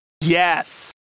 yes